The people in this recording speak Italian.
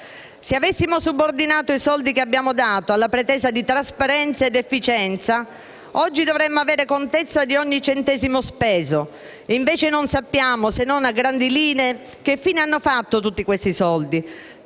Se avessimo subordinato la concessione dei fondi alla pretesa di trasparenza ed efficienza, oggi dovremmo avere contezza di ogni centesimo speso, mentre non sappiamo, se non a grandi linee, che fine hanno fatto tutti quei soldi.